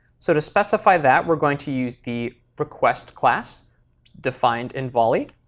so to specify that, we're going to use the request class defined in volley.